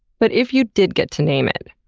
but if you did get to name it,